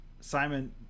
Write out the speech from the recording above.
Simon